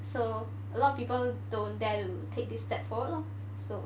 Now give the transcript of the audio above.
so a lot of people don't dare to take this step forward lor so